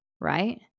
Right